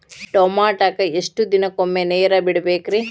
ಟಮೋಟಾಕ ಎಷ್ಟು ದಿನಕ್ಕೊಮ್ಮೆ ನೇರ ಬಿಡಬೇಕ್ರೇ?